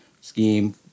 scheme